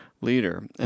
leader